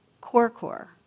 core-core